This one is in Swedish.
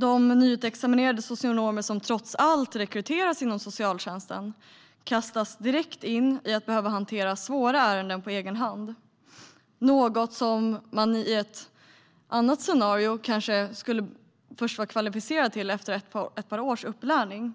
De nyutexaminerade socionomer som trots allt rekryteras inom socialtjänsten kastas direkt in i att behöva hantera svåra ärenden på egen hand. Det är något som de i ett annat scenario kanske först skulle vara kvalificerade till efter ett par års upplärning.